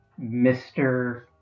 Mr